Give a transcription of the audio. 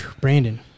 Brandon